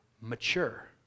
mature